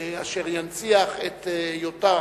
אשר ינציח את היותה